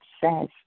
says